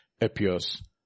appears